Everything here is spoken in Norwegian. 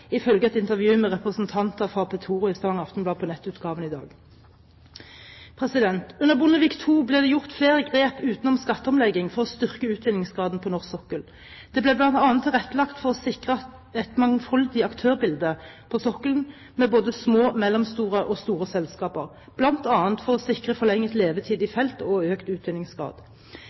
ifølge et intervju med representanter fra Petoro på nettutgaven av Stavanger Aftenblad i dag. Under Bondevik II ble det gjort flere grep utenom skatteomleggingen for å styrke utvinningsgraden på norsk sokkel. Det ble bl.a. tilrettelagt for et mangfoldig aktørbilde på sokkelen, med både små, mellomstore og store selskaper, bl.a. for å sikre forlenget levetid i felt og økt